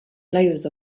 flavors